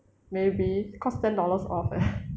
maybe cause ten dollars off leh